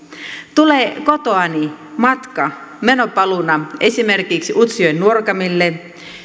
tulee kotoani matkaa meno paluuna esimerkiksi utsjoen nuorgamille